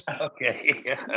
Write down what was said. Okay